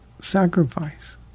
sacrifice